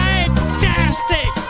Fantastic